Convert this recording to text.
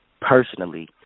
personally